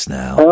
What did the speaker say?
now